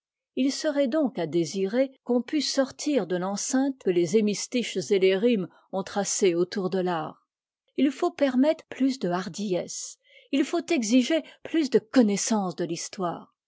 jt serait donc à désirer qu'on pût sortir de l'enceinte que les hémistiches et les rimes ont tracée autour de l'art il faut permettre plus de hardiesse il faut exiger plus de connaissance de l'histoire